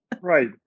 right